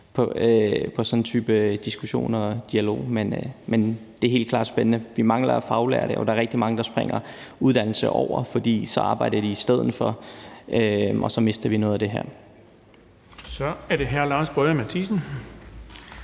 i sådan en type diskussion og dialog. Men det er helt klart spændende. Vi mangler faglærte, og der er rigtig mange, der springer uddannelse over og så arbejder i stedet for, og så mister vi noget af det her. Kl. 11:20 Den fg. formand